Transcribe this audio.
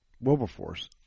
Wilberforce